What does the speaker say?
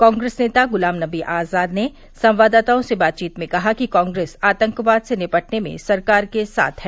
कांग्रेस नेता गुलाम नवी आजाद ने संवाददाताओं से बातचीत में कहा कि कांग्रेस आतंकवाद से निपटने में सरकार के साथ है